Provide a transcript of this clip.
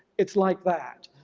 it's like that.